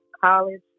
college